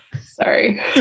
Sorry